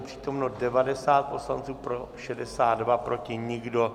Přítomno 90 poslanců, pro 62, proti nikdo.